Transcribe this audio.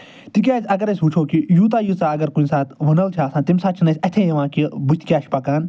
تِکیٛازِ اگر أسۍ وٕچھو کہِ یوٗتاہ ییٖژاہ اگر کُنۍ ساتہٕ وٕنل چھِ آسان تَمہِ ساتہٕ چھِنہٕ اَسہِ اَتھے یِوان کہِ بٕتھِ کیٛاہ چھِ پکان